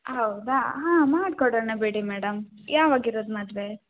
ಹೌದಾ ಹಾಂ ಮಾಡ್ಕೊಡೋಣ ಬಿಡಿ ಮೇಡಮ್ ಯಾವಾಗ ಇರೋದು ಮದುವೆ